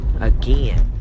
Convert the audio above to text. again